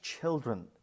children